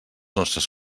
nostres